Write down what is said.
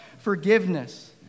forgiveness